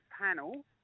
panel